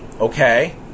okay